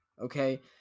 Okay